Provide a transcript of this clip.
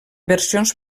versions